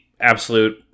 absolute